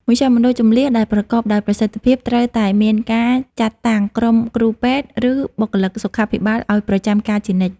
មជ្ឈមណ្ឌលជម្លៀសដែលប្រកបដោយប្រសិទ្ធភាព ត្រូវតែមានការចាត់តាំងក្រុមគ្រូពេទ្យ ឬបុគ្គលិកសុខាភិបាលឱ្យប្រចាំការជានិច្ច។